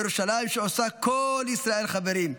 ירושלים שעושה כל ישראל חברים.